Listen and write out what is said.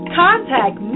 contact